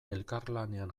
elkarlanean